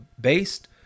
based